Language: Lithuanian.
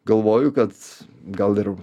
galvoju kad gal ir